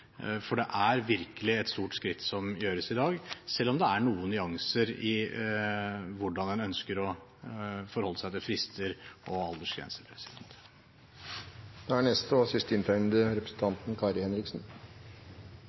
For det er virkelig et stort skritt som tas i dag, selv om det er noen nyanser i hvordan en ønsker å forholde seg til frister og aldersgrenser. Det er